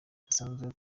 kidasanzwe